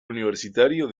universitario